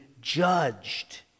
judged